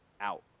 out